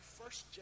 first